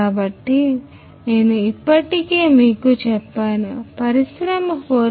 కాబట్టి నేను ఇప్పటికే మీకు చెప్పాను పరిశ్రమ 4